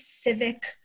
civic